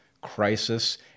crisis